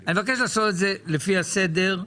אני מבקש לעשות את זה לפי הסדר.